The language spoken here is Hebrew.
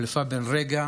התחלפה בן רגע